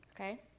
Okay